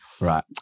Right